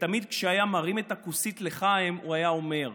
ותמיד כשהיה מרים כוסית לחיים, היה אומר: